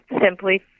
simply